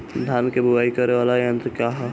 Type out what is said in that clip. धान के बुवाई करे वाला यत्र का ह?